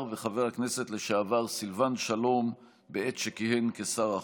וחבר הכנסת לשעבר סילבן שלום בעת שכיהן כשר החוץ.